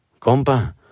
compa